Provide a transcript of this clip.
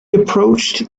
approached